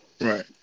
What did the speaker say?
Right